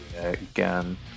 again